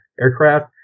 aircraft